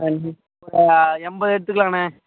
ஆ இப்போ எண்பது எடுத்துக்கலாண்ணா